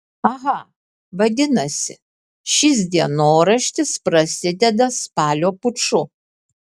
aha vadinasi šis dienoraštis prasideda spalio puču